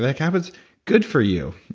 that cap is good for you.